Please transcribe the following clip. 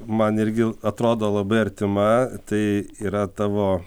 man irgi atrodo labai artima tai yra tavo